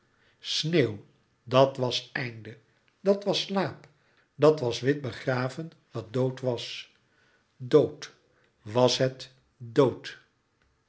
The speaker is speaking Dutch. sneeuw dat was einde dat was slaap dat was wit begraven wat dood was dood wàs het dood